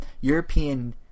European